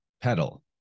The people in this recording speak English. pedal